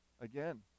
again